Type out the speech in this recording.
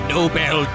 Nobel